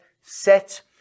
set